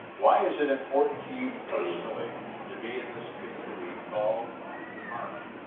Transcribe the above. why is it important to you personally to be in this community called new harmony?